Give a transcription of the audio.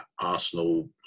Arsenal